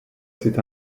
c’est